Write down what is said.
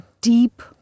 deep